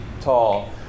tall